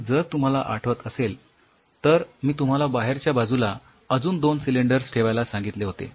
आणि जर तुम्हाला आठवत असेल तर मी तुम्हाला बाहेरच्या बाजूला अजून दोन सिलिंडर्स तयार ठेवायला सांगितले होते